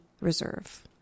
Reserve